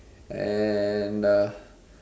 and